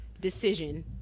decision